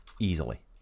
easily